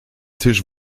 tisch